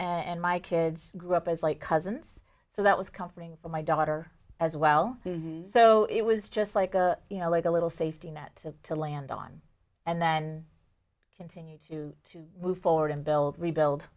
and my kids grew up as like cousins so that was comforting for my daughter as well so it was just like a you know like a little safety net to land on and then continue to to move forward and build rebuild